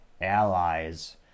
allies